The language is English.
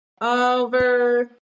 over